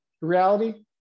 reality